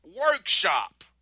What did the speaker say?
workshop